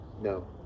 no